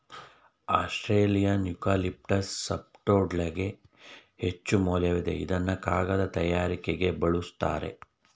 Australian eucalyptus ಸಾಫ್ಟ್ವುಡ್ಗೆ ಹೆಚ್ಚುಮೌಲ್ಯವಿದೆ ಇದ್ನ ಕಾಗದ ತಯಾರಿಕೆಗೆ ಬಲುಸ್ತರೆ